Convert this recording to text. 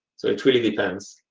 so, it really depends.